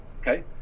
okay